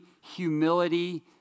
humility